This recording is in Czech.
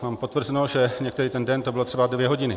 Mám potvrzeno, že některý ten den to bylo třeba dvě hodiny.